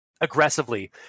aggressively